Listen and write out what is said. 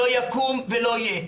לא יקום ולא יהיה.